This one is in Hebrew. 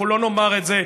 אנחנו לא נאמר את זה.